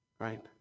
right